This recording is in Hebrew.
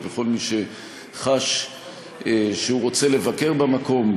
וכל מי שחש שהוא רוצה לבקר במקום,